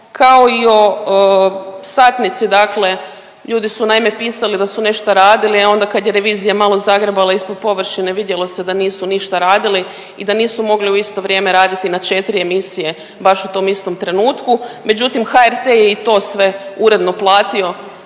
kao i o satnici, dakle ljudi su naime pisali da su nešto radili, a onda kad je revizija malo zagrebala ispod površine vidjelo se da nisu ništa radili i da nisu mogli u isto vrijeme raditi na četiri emisije baš u tom istom trenutku. Međutim, HRT je i to sve uredno platio